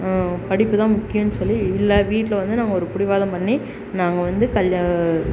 படிப்பு தான் முக்கியோன்னு சொல்லி இல்லை வீட்டில் வந்து நம்ம ஒரு பிடிவாதம் பண்ணி நாங்கள் வந்து கல்லு